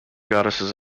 goddesses